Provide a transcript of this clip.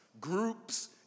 groups